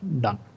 done